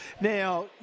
Now